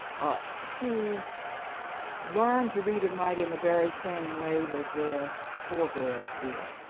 ah to learn to read and write in the very same way that their forbearers did.